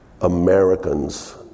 Americans